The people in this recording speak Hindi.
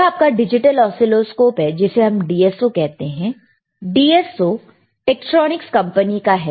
यह आपका डिजिटल ऑसीलोस्कोप है जिसे हम DSO कहते हैं ऑसीलोस्कोप DSO टेक्स्ट्रॉनिक्स कंपनी का है